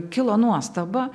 kilo nuostaba